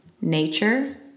nature